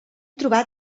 trobar